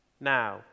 now